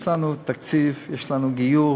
יש לנו תקציב, יש לנו גיור,